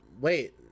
wait